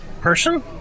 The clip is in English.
person